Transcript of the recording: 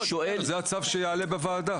לא, זה הצו שיעלה בוועדה.